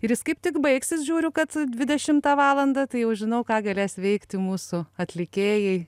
ir jis kaip tik baigsis žiūriu kad dvidešimtą valandą tai jau žinau ką galės veikti mūsų atlikėjai